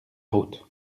route